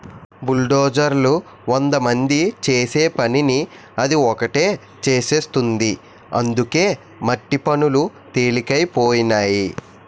బుల్డోజర్లు వందమంది చేసే పనిని అది ఒకటే చేసేస్తుంది అందుకే మట్టి పనులు తెలికైపోనాయి